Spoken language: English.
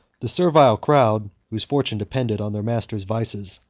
the servile crowd, whose fortune depended on their master's vices,